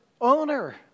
owner